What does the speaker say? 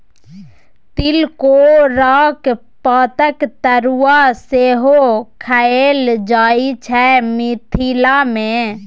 तिलकोराक पातक तरुआ सेहो खएल जाइ छै मिथिला मे